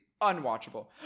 unwatchable